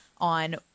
on